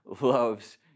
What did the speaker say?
loves